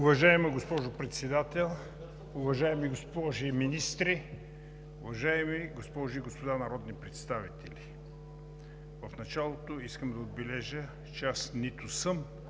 Уважаема госпожо Председател, уважаеми госпожи министри, уважаеми госпожи и господа народни представители! В началото искам да отбележа, че аз нито съм,